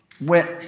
went